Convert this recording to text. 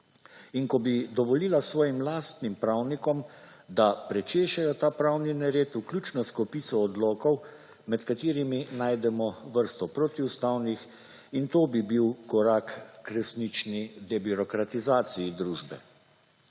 in ko bi dovolila svojim lastnim pravnikom, da prečešejo ta pravni nered vključno s kopico odlokov med katerimi najdemo vrsto protiustavnih in to bi bil korak k resnični debirokratizaciji družbe.